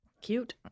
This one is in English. Cute